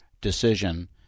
decision